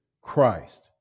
Christ